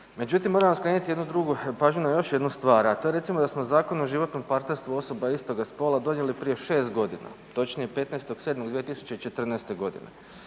međutim moram vam skrenuti jednu drugu, pažnju na još jednu stvar, a to je recimo da smo Zakon o životnom partnerstvu osoba istoga spola donijeli prije 6 godina, točnije 15.7.2014. godine.